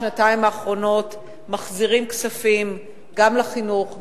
שנתיים האחרונות מחזירים כספים גם לחינוך,